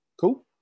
Cool